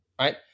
right